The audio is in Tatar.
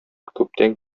күптән